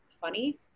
funny